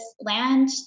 land